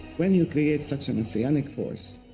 when you create such a messianic force,